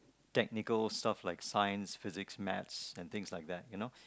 technical stuff like science Physics maths and things like that you know